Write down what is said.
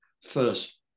first